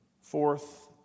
Fourth